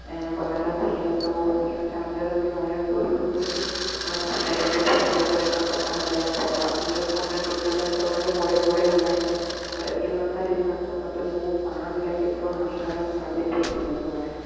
ऐं ॿार थी विया त उहो बि हीअं चार्जर जी वाएर तुर टुटे थी त हुन ते सेलोटेप लॻाए करे कमु था हलाइनि पिया इअरफ़ोन टुटल आहिनि त हुनखे मोड़े मोड़े हलाइनि त पर इहो नथा ॾिसनि त मतलबु उहो पाण जे लाइ केतिरो हानिकारक साबित थी सघंदो आहे